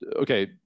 okay